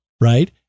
right